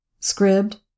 Scribd